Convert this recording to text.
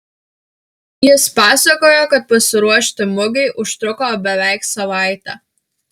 jis pasakojo kad pasiruošti mugei užtruko beveik savaitę